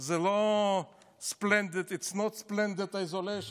מזהירה, it's not splendid isolation,